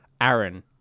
Aaron